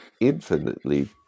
infinitely